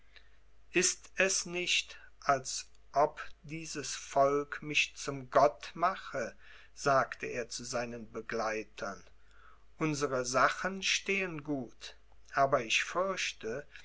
ist es nicht als ob dieses volk mich zum gott mache sagte er zu seinen begleitern unsere sachen stehen gut aber ich fürchte